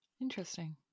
Interesting